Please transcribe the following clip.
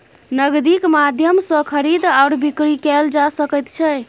नगदीक माध्यम सँ खरीद आओर बिकरी कैल जा सकैत छै